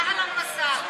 אהלן וסהלן.